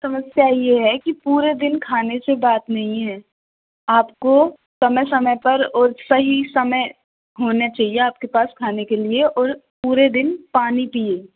समस्या ये है कि पूरे दिन खाने से बात नहीं है आपको समय समय पर और सही समय होने चाहिए आपके पास खाने के लिए और पूरे दिन पानी पीये